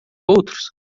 outros